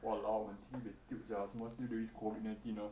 !walao! 很 sibeh puke lah 什么 C baby COVID nineteen sia